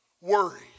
worry